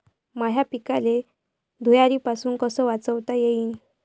माह्या पिकाले धुयारीपासुन कस वाचवता येईन?